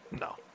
no